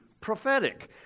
prophetic